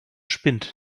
spind